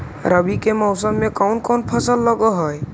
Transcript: रवि के मौसम में कोन कोन फसल लग है?